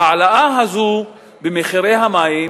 ההעלאה הזאת במחירי המים,